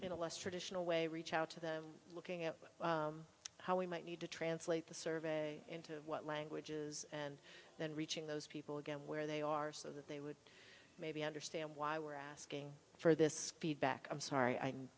a less traditional way reach out to the looking at how we might need to translate the survey into what languages and then reaching those people again where they are so that they would maybe understand why we're asking for this feedback i'm sorry i